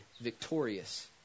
victorious